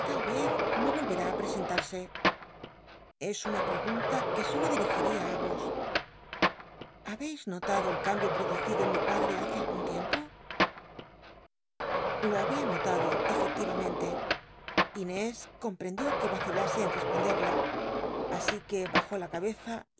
no volverá á presentarse es una pregunta que solo dirigiría á vos ha beis notado el cambio ptoducido en mi padre hace algun tiempo lo babia notado efectivamente inés comprendió que vacilase en responderla asi es que bajó la cabeza